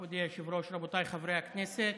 כבוד היושב-ראש, רבותיי חברי הכנסת,